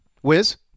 Wiz